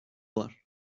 var